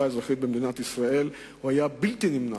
האזרחית במדינת ישראל היה בלתי נמנע.